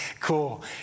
cool